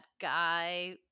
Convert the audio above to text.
guy